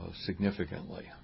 significantly